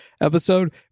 episode